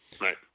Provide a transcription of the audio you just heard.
right